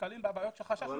בבעיות עליהן חשבנו.